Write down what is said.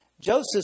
Joseph